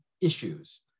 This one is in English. issues